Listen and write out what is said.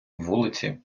вулиці